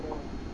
mm